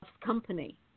company